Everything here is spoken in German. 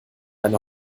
eine